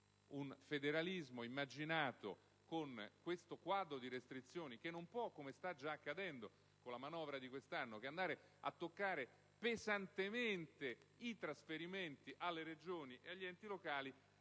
Un federalismo immaginato con questo quadro di restrizioni che non può - come sta già accadendo con la manovra di quest'anno - che andare a toccare pesantemente i trasferimenti alle Regioni e agli enti locali,